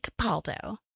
Capaldo